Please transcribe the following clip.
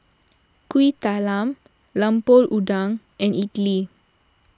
Kuih Talam Lemper Udang and Idly